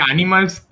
Animals